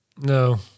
No